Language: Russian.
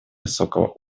высокого